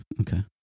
Okay